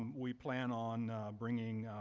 we plan on bringing,